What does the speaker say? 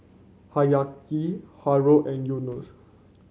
Haryati Haron and Yunos